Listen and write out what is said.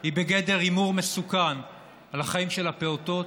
היא בגדר הימור מסוכן על החיים של הפעוטות,